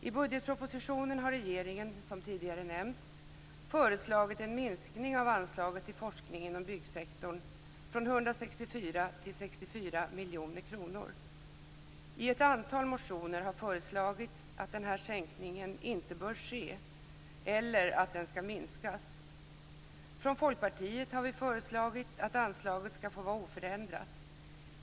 I budgetpropositionen har regeringen, såsom tidigare nämnts, föreslagit en minskning av anslaget till forskning inom byggsektorn från 164 till 64 miljoner kronor. I ett antal motioner har föreslagits att denna sänkning inte bör ske eller att den skall minskas. Från Folkpartiet har vi föreslagit att anslaget skall få vara oförändrat.